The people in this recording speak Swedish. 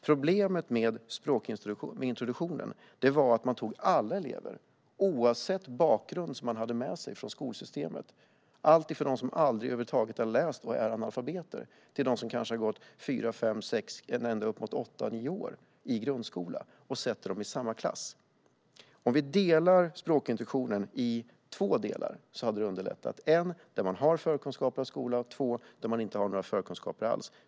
Problemet med språkintroduktionen var att man satte alla elever i samma klass, oavsett deras bakgrund vad gäller skolsystemet - från dem som över huvud taget aldrig hade läst och var analfabeter till dem som kanske hade gått ända upp till åtta nio år i grundskola. Det hade underlättat att dela språkintroduktionen i två delar, en del där eleverna har förkunskaper och en del där eleverna inte har några förkunskaper alls.